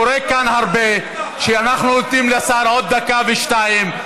קורה כאן הרבה שאנחנו נותנים לשר עוד דקה או שתיים,